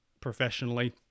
professionally